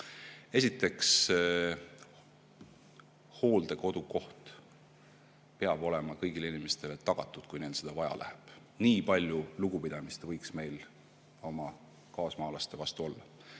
Esiteks, hooldekodukoht peab olema kõigile inimestele tagatud, kui neil seda vaja läheb. Nii palju lugupidamist võiks meil oma kaasmaalaste vastu olla.